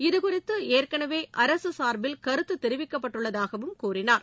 இதுகுறித்து ஏற்கனவே அரசு சார்பில் கருத்து தெரிவிக்கப்பட்டுள்ளதாகவும் தெரிவித்தார்